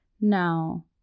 Now